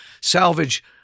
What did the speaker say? salvage